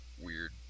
weird